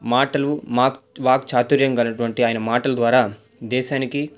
మాటలు మాక్ వాక్చాతుర్యం గల అటువంటి ఆయన మాటలు ద్వారా దేశానికి